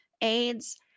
AIDS